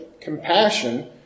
compassion